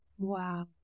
Wow